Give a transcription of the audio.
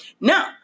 Now